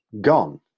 gone